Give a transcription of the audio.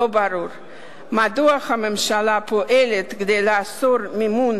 לא ברור מדוע הממשלה פועלת לאסור מימון